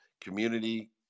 community